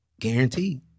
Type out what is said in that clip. guaranteed